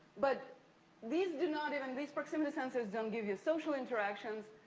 but these do not even, these proximity census don't give you social interaction.